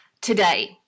Today